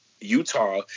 Utah